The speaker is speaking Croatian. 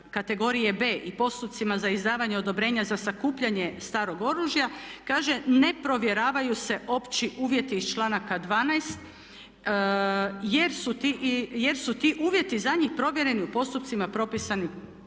kategorije B i postupcima za izdavanje odobrenja za sakupljanje starog oružja kaže ne provjeravaju se opći uvjeti iz članaka 12. jer su ti uvjeti za njih provjereni u postupcima propisanim